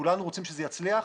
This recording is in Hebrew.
כולנו רוצים שזה יצליח,